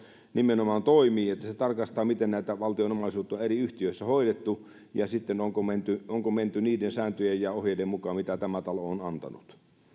nimenomaan toimii että se tarkastaa miten tätä valtion omaisuutta eri yhtiöissä hoidettu ja sitten onko menty onko menty niiden sääntöjen ja ohjeiden mukaan mitä tämä talo on antanut